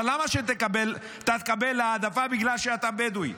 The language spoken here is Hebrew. אבל למה שאתה תקבל העדפה בגלל שאתה בדואי?